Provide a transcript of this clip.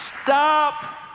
Stop